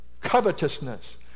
covetousness